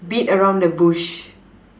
beat around the bush